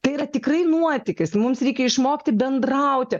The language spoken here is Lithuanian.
tai yra tikrai nuotykis mums reikia išmokti bendrauti